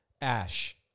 Ash